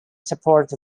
support